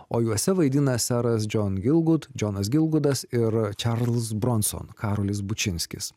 o juose vaidina seras džon gilgud džonas gilgudas ir čarlz bronson karolis bučinskis